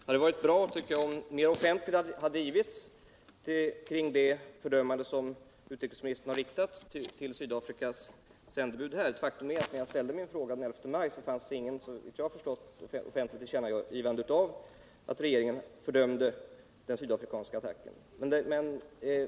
Herr talman! Det hade varit bra, tycker jug, om mera offentlighet hade givits åt det fördömande som utrikesministern har riktat till Svdafrikas sändebud här. Faktum är att det när jag ställde min fråga den I 1 maj, såvitt jag förstått, inte fanns något offentligt tillkännagivande av att regeringen fördömde den sydafrikanska attacken.